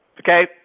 Okay